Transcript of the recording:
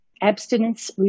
abstinence